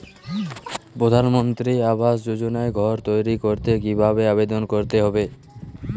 প্রধানমন্ত্রী আবাস যোজনায় ঘর তৈরি করতে কিভাবে আবেদন করতে হবে?